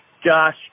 Josh